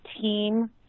team